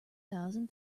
thousand